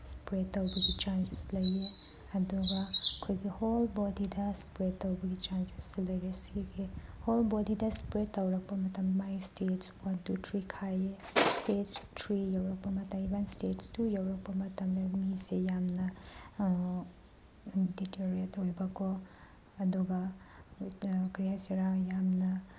spread ꯇꯧꯕꯒꯤ chances ꯂꯩꯌꯦ ꯑꯗꯨꯒ ꯑꯩꯈꯣꯏꯒꯤ ꯍꯣꯜ ꯕꯣꯗꯤꯗ ꯏꯁꯄ꯭ꯔꯦꯠ ꯇꯧꯕꯒꯤ ꯆꯥꯟꯁꯦꯁꯁꯨ ꯂꯩꯔꯦ ꯁꯤꯒꯤ ꯍꯣꯜ ꯕꯣꯗꯤꯗ ꯏꯁꯄ꯭ꯔꯦꯠ ꯇꯧꯔꯛꯄ ꯃꯇꯝ ꯃꯥꯏ ꯏꯁꯇꯦꯖ ꯋꯥꯟ ꯇꯨ ꯊ꯭ꯔꯤ ꯈꯥꯏꯌꯦ ꯏꯁꯇꯦꯖ ꯊ꯭ꯔꯤ ꯌꯧꯔꯛꯄ ꯃꯇꯝ ꯏꯚꯟ ꯏꯁꯇꯦꯖ ꯇꯨ ꯌꯧꯔꯛꯄ ꯃꯇꯝꯗ ꯃꯤꯁꯦ ꯌꯥꯝꯅ ꯗꯤꯇ꯭ꯌꯣꯔꯦꯠ ꯑꯣꯏꯕꯀꯣ ꯑꯗꯨꯒ ꯀꯔꯤ ꯍꯥꯏꯁꯤꯔꯥ ꯌꯥꯝꯅ